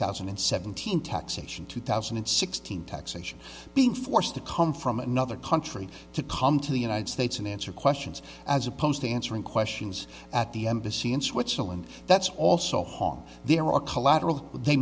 thousand and seventeen taxation two thousand and sixteen taxation being forced to come from another country to come to the united states and answer questions as opposed to answering questions at the embassy in switzerland that's also hong there are collateral they